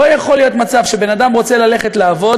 לא יכול להיות מצב שאדם רוצה ללכת לעבוד,